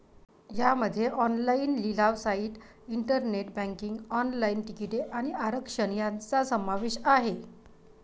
यामध्ये ऑनलाइन लिलाव site, internet banking, online तिकिटे आणि आरक्षण यांचा समावेश आहे